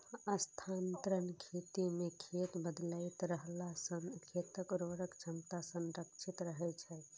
स्थानांतरण खेती मे खेत बदलैत रहला सं खेतक उर्वरक क्षमता संरक्षित रहै छै